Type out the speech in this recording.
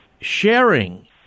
sharing